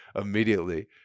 immediately